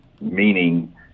meaning